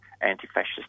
Anti-Fascist